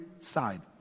side